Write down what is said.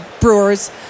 brewers